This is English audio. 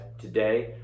today